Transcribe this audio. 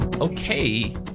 Okay